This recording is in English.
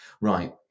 Right